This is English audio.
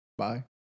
Bye